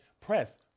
press